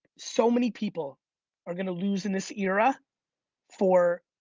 so many people are gonna lose in this era for